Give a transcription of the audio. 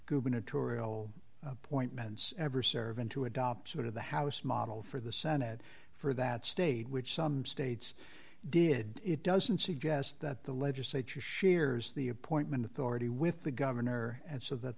gubernatorial point men's ever serve and to adopt sort of the house model for the senate for that state which some states did it doesn't suggest that the legislature shares the appointment authority with the governor and so that